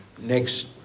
next